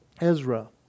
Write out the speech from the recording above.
Ezra